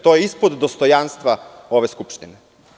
To je ispod dostojanstva ove Skupštine.